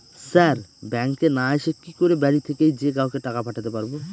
Sir ব্যাঙ্কে না এসে কি করে বাড়ি থেকেই যে কাউকে টাকা পাঠাতে পারবো?